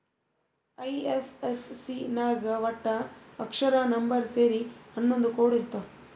IFSC ನಾಗ್ ವಟ್ಟ ಅಕ್ಷರ, ನಂಬರ್ ಸೇರಿ ಹನ್ನೊಂದ್ ಕೋಡ್ ಇರ್ತಾವ್